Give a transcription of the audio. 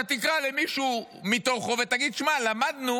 אתה תקרא למישהו מתוכו ותגיד: שמע, למדנו